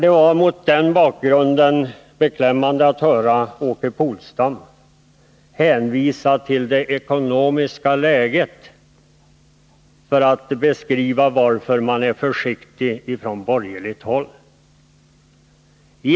Det var mot den bakgrunden beklämmande att höra Åke Polstam hänvisa till det ekonomiska läget när han skulle beskriva varför man är försiktig på borgerligt håll.